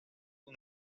con